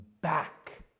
back